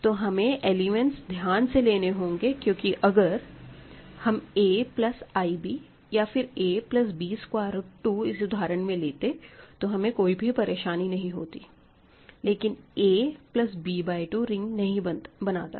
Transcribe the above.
तो हमें एलिमेंट्स ध्यान से लेने होंगे क्योंकि अगर हम a प्लस ib या फिर a plus b square root 2 इस उदाहरण में लेते तो हमें कोई भी परेशानी नहीं होती लेकिन a plus b by 2 ring नहीं बनाता है